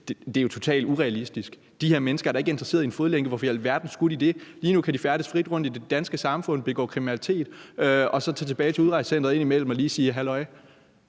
Det er jo totalt urealistisk. De her mennesker er da ikke interesseret i en fodlænke. Hvorfor i alverden skulle de være interesseret i det? Lige nu kan de færdes frit rundt i det danske samfund, begå kriminalitet og så tage tilbage til udrejsecenteret indimellem og lige sige halløj.